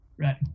Right